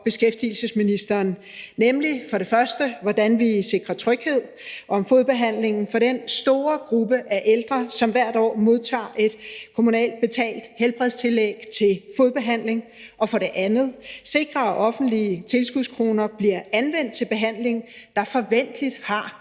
beskæftigelsesministeren, nemlig om, hvordan vi for det første sikrer tryghed om fodbehandlingen for den store gruppe af ældre, som hvert år modtager et kommunalt betalt helbredstillæg til fodbehandling, og for det andet sikrer, at offentlige tilskudskroner bliver anvendt til behandling, der forventeligt har